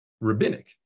rabbinic